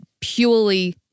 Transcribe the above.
purely